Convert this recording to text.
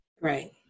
Right